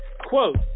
Quote